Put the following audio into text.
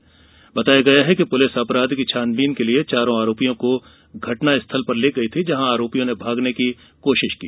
शुरुआती खबरों में बताया गया है कि पुलिस अपराध की छानबीन के लिए चारों आरोपियों को घटनास्थल पर ले गई थी जहां आरोपियों ने भागने की कोशिश की